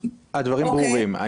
מיכל, הדברים ברורים.